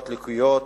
לקויות,